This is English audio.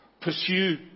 pursue